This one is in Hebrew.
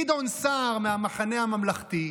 גדעון סער מהמחנה הממלכתי,